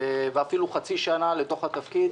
ואפילו חצי שנה אל תוך התפקיד,